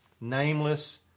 nameless